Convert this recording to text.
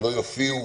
שלא יופיעו,